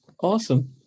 Awesome